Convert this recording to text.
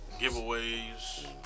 giveaways